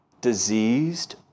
diseased